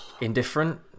Indifferent